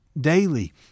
daily